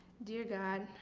dear god,